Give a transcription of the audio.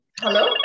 Hello